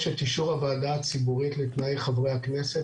את אישור הוועדה הציבורית לתנאי חברי הכנסת,